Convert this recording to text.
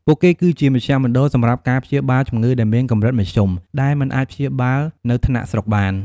ពួកគេគឺជាមជ្ឈមណ្ឌលសម្រាប់ការព្យាបាលជំងឺដែលមានកម្រិតមធ្យម ដែលមិនអាចព្យាបាលនៅថ្នាក់ស្រុកបាន។